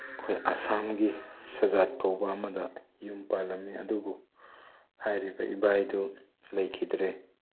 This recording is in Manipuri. ꯑꯩꯈꯣꯏ ꯑꯁꯥꯝꯒꯤ ꯁꯖꯥꯠ ꯀꯧꯕ ꯑꯃꯗ ꯌꯨꯝ ꯄꯥꯜꯂꯝꯃꯤ ꯑꯗꯨꯕꯨ ꯍꯥꯏꯔꯤꯕ ꯏꯚꯥꯏꯗꯨ ꯂꯩꯈꯤꯗ꯭ꯔꯦ